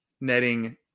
netting